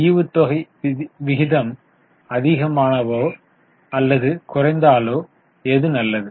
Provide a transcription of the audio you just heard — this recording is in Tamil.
ஈவுத்தொகை விகிதம் அதிகமானாலோ அல்லது குறைந்தாலோ எது நல்லது